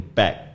back